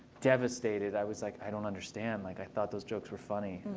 devastated. i was like, i don't understand. like i thought those jokes were funny.